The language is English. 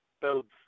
builds